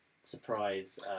surprise